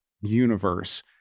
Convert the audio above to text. universe